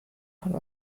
von